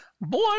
boy